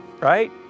right